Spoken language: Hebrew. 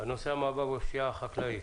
הוא המאבק בפשיעה החקלאית.